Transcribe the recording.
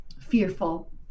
fearful